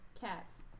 Cats